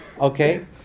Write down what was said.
okay